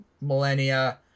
millennia